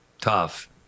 tough